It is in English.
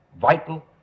vital